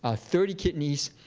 ah thirty kidneys,